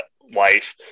wife